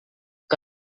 que